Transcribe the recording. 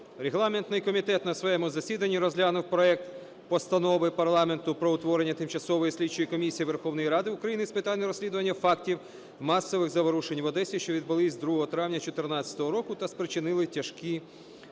регламентний комітет на своєму засіданні розглянув проект Постанови парламенту про утворення Тимчасової слідчої комісії Верховної Ради України з питань розслідування фактів масових заворушень в Одесі, що відбулись 2 травня 2014 року та спричинили тяжкі наслідки,